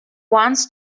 wants